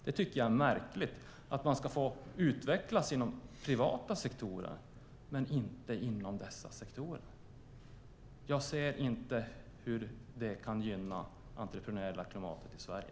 Jag tycker att det är märkligt att man ska få utvecklas inom privata sektorer, men inte inom dessa sektorer. Jag ser inte hur det kan gynna det entreprenöriella klimatet i Sverige.